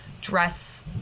dress